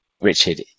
Richard